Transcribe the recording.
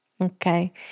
Okay